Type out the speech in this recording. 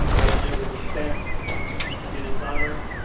and there was a stamp in his honor.